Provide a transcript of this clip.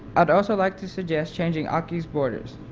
i would also like to suggest changing aki's borders.